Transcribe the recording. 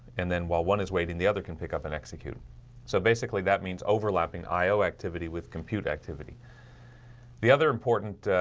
and then while one is waiting the other can pick up and execute so basically that means overlapping i o activity with compute activity the other important